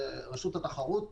רשות התחרות,